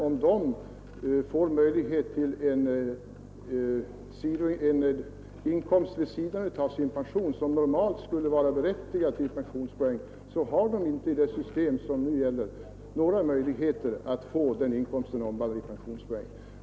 Om den här gruppen får en inkomst vid sidan av sin pension som normalt skulle berättiga till pensionspoäng, har den ändå inte i det system som nu gäller några möjligheter att få den inkomsten omvandlad i pensionspoäng.